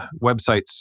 websites